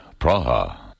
Praha